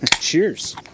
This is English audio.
Cheers